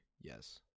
yes